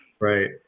right